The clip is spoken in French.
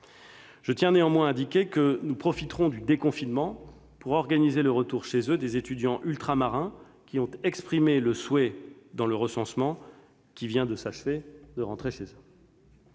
Je tiens néanmoins à indiquer que nous profiterons du déconfinement pour organiser le retour chez eux des étudiants ultramarins qui en ont exprimé le souhait dans le cadre du recensement qui vient de s'achever. Je dirai enfin